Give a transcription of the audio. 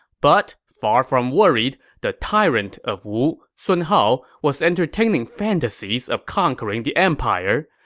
but far from worried, the tyrant of wu, sun hao, was entertaining fantasies of conquering the empire.